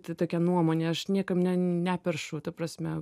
tokia nuomonė aš niekam neperšu ta prasme